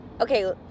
okay